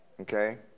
okay